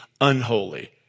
unholy